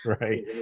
Right